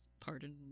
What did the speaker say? pardon